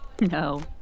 No